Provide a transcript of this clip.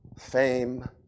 fame